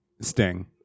sting